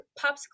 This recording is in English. popsicle